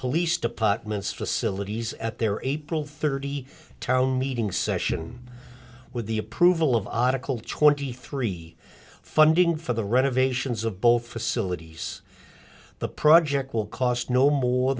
police departments facilities at their april thirty town meeting session with the approval of lot of culture twenty three funding for the renovations of both facilities the project will cost no more